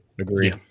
Agree